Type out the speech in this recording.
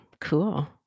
cool